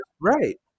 right